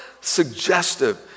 suggestive